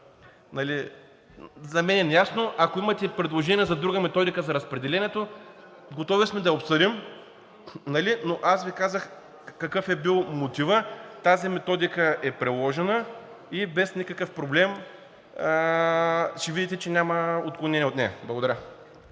За мен е неясно, но ако имате предложения за друга методика за разпределението, готови сме да я обсъдим. Аз Ви казах какъв е бил мотивът – тази методика е приложена и без никакъв проблем ще видите, че няма отклонения от нея. Благодаря.